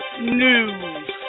news